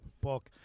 book